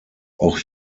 auch